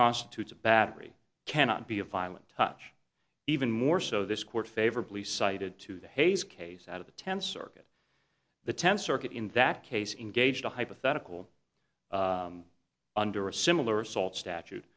constitutes a battery cannot be a violent touch even more so this court favorably cited to the hayes case out of the tenth circuit the tenth circuit in that case engaged a hypothetical under a similar assault statute